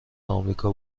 امریکا